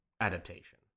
adaptation